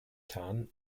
tan